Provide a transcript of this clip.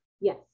Yes